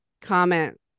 comment